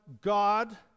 God